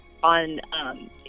On